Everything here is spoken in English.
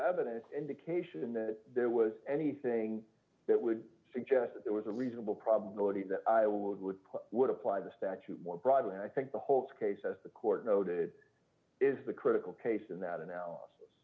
evidence indication that there was anything that would suggest that there was a reasonable probability that i would would would apply the statute more broadly i think the whole case as the court noted is the critical case in that analysis